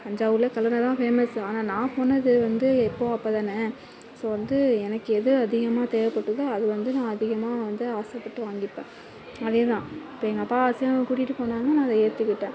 தஞ்சாவூரில் கல்லணை தான் ஃபேமஸ்ஸு ஆனால் நான் போனது வந்து எப்போது அப்போ தானே ஸோ வந்து எனக்கு எது அதிகமாக தேவைப்பட்டுதோ அது வந்து நான் அதிகமாக வந்து ஆசைப்பட்டு வாங்கிப்பேன் அதே தான் இப்போ எங்கள் அப்பா ஆசையா அங்கே கூட்டிட்டு போனாங்க நான் அதை ஏற்றுக்கிட்டேன்